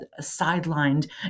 sidelined